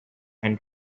and